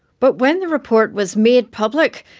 but when the report was made public,